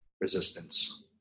resistance